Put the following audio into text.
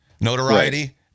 notoriety